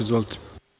Izvolite.